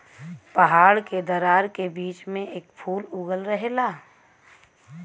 पहाड़ के दरार के बीच बीच में इ फूल उगल रहेला